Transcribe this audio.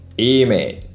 Amen